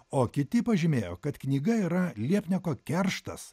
o kiti pažymėjo kad knyga yra liepnieko kerštas